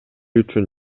үчүн